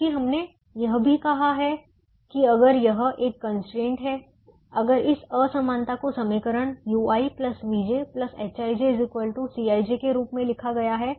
क्योंकि हमने यह भी कहा है कि अगर यह एक कंस्ट्रेंट है अगर इस असमानता को समीकरण ui vj hij Cij के रूप में लिखा गया है